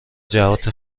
جهات